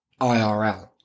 IRL